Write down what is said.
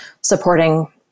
supporting